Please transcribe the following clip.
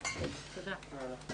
הישיבה נעולה.